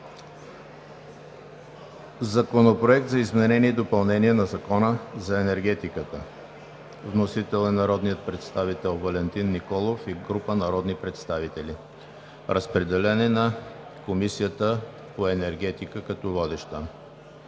Законопроект за изменение и допълнение на Закона за енергетиката. Внесен е от народния представител Валентин Николов и група народни представители. Разпределен е на Комисията по енергетика като водеща.